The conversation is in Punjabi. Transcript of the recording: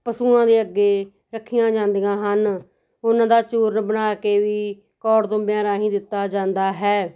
ਪਸ਼ੂਆਂ ਦੇ ਅੱਗੇ ਰੱਖੀਆਂ ਜਾਂਦੀਆਂ ਹਨ ਉਹਨਾਂ ਦਾ ਚੂਰਨ ਬਣਾ ਕੇ ਵੀ ਕੌੜ ਤੁੰਬਿਆਂ ਰਾਹੀਂ ਦਿੱਤਾ ਜਾਂਦਾ ਹੈ